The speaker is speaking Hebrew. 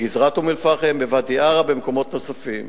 בגזרת אום-אל-פחם, בוואדי-עארה ובמקומות נוספים.